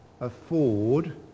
afford